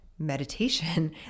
meditation